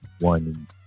one